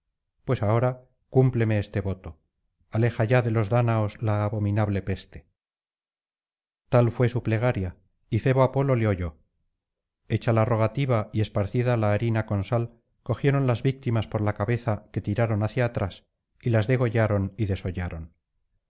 pues ahora cúmpleme este voto aleja ya de los dáñaos la abominable peste tal fué su plegaria y febo apolo le oyó hecha la rogativa y esparcida la harina con sal cogieron las víctimas por la cabeza que tiraron hacia atrás y las degollaron y desollaron